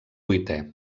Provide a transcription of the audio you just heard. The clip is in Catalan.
vuitè